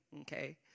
okay